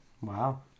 Wow